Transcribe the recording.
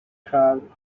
crowd